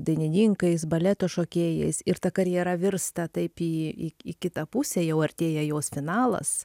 dainininkais baleto šokėjais ir ta karjera virsta taip į į į kitą pusę jau artėja jos finalas